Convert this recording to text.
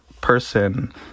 person